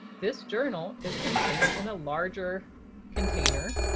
this journal is contained in a larger container,